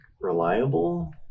reliable